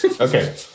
okay